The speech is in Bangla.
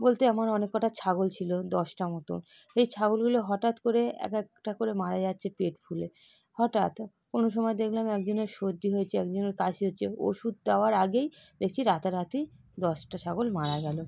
বলতে আমার অনেক কটা ছাগল ছিল দশটা মতো ওই ছাগলগুলো হঠাৎ করে এক একটা করে মারা যাচ্ছে পেট ফুলে হঠাৎ কোনও সময় দেখলাম একজনের সর্দি হয়েছে একজনের কাশি হচ্ছে ওষুধ দেওয়ার আগেই দেখছি রাতারাতি দশটা ছাগল মারা গেলো